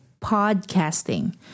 podcasting